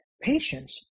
patience